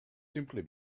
simply